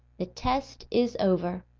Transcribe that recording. the test is over.